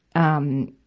um,